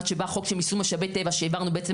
עד שבא חוק של מיסוי משאבי טבע שהעברנו בעצם